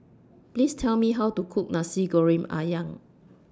Please Tell Me How to Cook Nasi Goreng Ayam